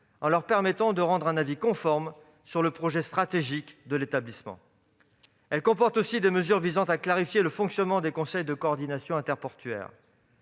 en leur permettant de rendre un avis conforme sur le projet stratégique de l'établissement. Elle comporte aussi des mesures visant à clarifier le fonctionnement des conseils de coordination interportuaire.